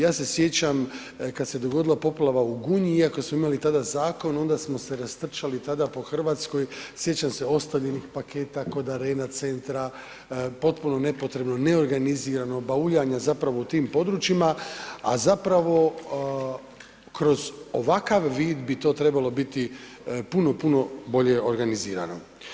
Ja se sjećam, kada se dogodila poplava u Gunji, iako smo imali tada zakon, onda smo se rastrčali tada po Hrvatskoj, sjećam se, ostavljenih paketa kod Arena Centra, potpuno nepotrebno, neorganizirano, bauljanja zapravo tim područjima, a zapravo kroz ovakav vid bi to trebalo biti puno, puno bolje organizirano.